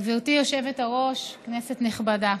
גברתי היושבת-ראש, כנסת נכבדה,